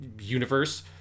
universe